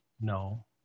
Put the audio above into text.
No